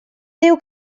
diu